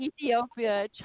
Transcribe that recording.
Ethiopia